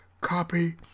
copy